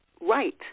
right